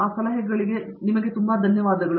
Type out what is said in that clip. ಆ ಸಲಹೆಗಳೊಂದಿಗೆ ನಿಮಗೆ ತುಂಬಾ ಧನ್ಯವಾದಗಳು